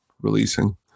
releasing